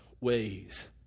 ways